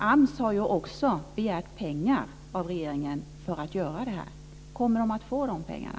AMS har också begärt pengar av regeringen för att göra detta. Kommer det att få de pengarna?